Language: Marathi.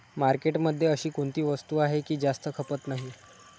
मार्केटमध्ये अशी कोणती वस्तू आहे की जास्त खपत नाही?